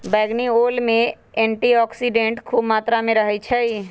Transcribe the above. बइगनी ओल में एंटीऑक्सीडेंट्स ख़ुब मत्रा में रहै छइ